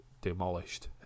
demolished